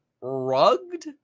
rugged